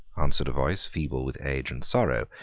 answered a voice, feeble with age and sorrow,